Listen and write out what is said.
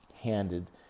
handed